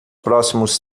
próximos